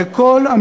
לכל,